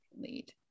lead